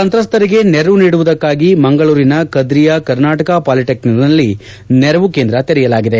ಸಂತ್ರಸ್ತರಿಗೆ ನೆರವು ನೀಡುವುದಕ್ಕಾಗಿ ಮಂಗಳೂರಿನ ಕದ್ರಿಯ ಕರ್ನಾಟಕ ಪಾಲಿಟೆಕ್ನಿಕ್ನಲ್ಲಿ ನೆರವು ಕೇಂದ್ರ ತೆರೆಯಲಾಗಿದೆ